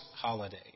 holiday